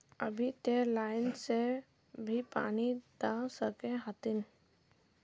अभी ते लाइन से भी पानी दा सके हथीन?